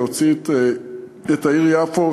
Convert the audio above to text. להוציא את העיר יפו,